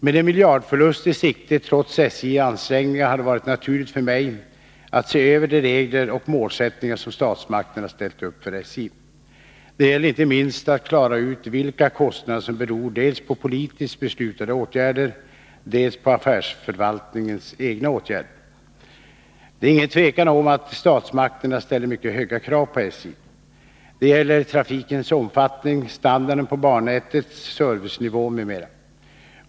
Med en miljardförlust i sikte trots SJ:s ansträngningar har det varit naturligt för mig att se över de regler och målsättningar som statsmakterna ställt upp för SJ. Det gäller inte minst att klara ut vilka kostnader som beror dels på politiskt beslutade åtgärder, dels på affärsförvaltningens egna åtgärder. Det är inget tvivel om att statsmakterna ställer mycket höga krav på SJ. Det gäller trafikens omfattning, standarden på bannätet, servicenivån m.m.